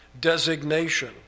designation